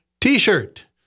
T-shirt